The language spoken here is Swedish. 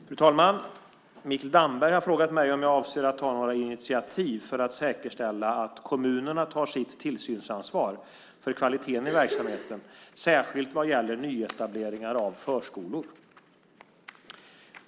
Fru talman! Mikael Damberg har frågat mig om jag avser att ta några initiativ för att säkerställa att kommunerna tar sitt tillsynsansvar för kvaliteten i verksamheten, särskilt vad gäller nyetableringar av förskolor.